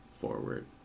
forward